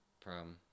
problem